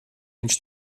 viņš